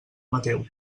mateu